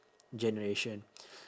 generation